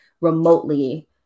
remotely